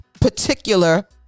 particular